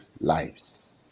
lives